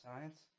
Science